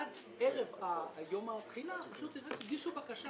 עד יום התחילה, הם הגישו בקשה